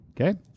Okay